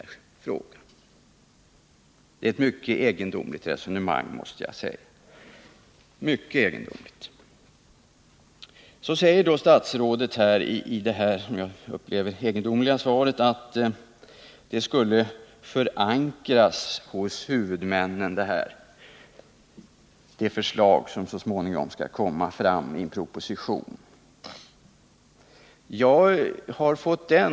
Jag måste säga att det är ett mycket egendomligt resonemang. Vidare säger statsrådet i det här, som jag upplever det, mycket egendomliga interpellationssvaret, att det förslag som så småningom skall presenteras i form av en proposition skall förankras hos sjukvårdshuvudmännen.